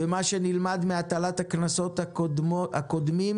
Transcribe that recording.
מה שנלמד מהטלת הקנסות הקודמים,